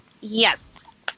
Yes